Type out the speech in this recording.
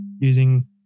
using